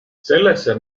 sellesse